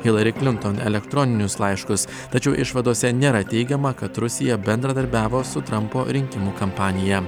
hilari klinton elektroninius laiškus tačiau išvadose nėra teigiama kad rusija bendradarbiavo su trampo rinkimų kampanija